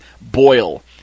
boil